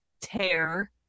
Tear